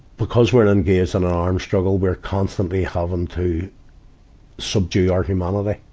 because we're engaged in our arms struggle, we're constantly having to subdue our humanity.